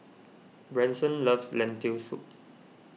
Branson loves Lentil Soup